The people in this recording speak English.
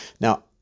now